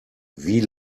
wie